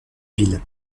ville